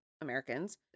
Americans